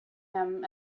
him